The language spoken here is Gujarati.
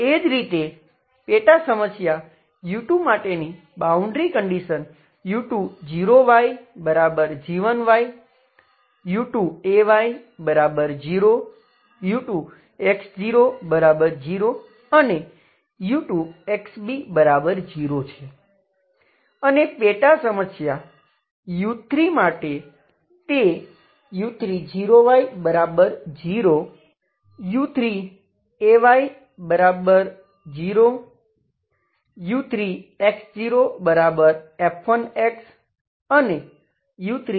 એ જ રીતે પેટા સમસ્યા u2 માટેની boundary condition u20yg1 u2ay0 u2x00 અને u2xb0 છે અને પેટા સમસ્યા u3 માટે તે u30y0 u3ay0 u3x0f1 અને u3xb0 છે